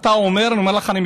אני אומר לך: הרסו.